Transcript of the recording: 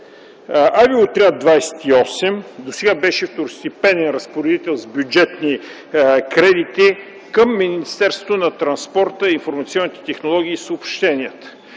Авиоотряд 28 досега беше второстепенен разпоредител с бюджетни кредити към Министерството на транспорта, информационните технологии и съобщенията.